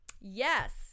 yes